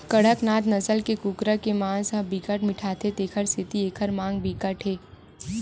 कड़कनाथ नसल के कुकरा के मांस ह बिकट मिठाथे तेखर सेती एखर मांग बिकट हे